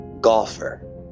golfer